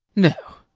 no?